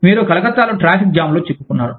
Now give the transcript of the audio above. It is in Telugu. మీరు కలకత్తాలో ట్రాఫిక్ జామ్లో చిక్కుకున్నారు